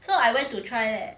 so I went to try leh